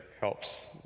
helps